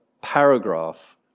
paragraph